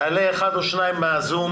נעלה אחד או שניים מן הזום,